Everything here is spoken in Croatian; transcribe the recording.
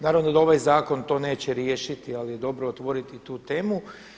Naravno da ovaj zakon to neće riješiti ali je dobro otvoriti i tu temu.